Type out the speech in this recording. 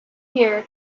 here